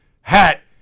hat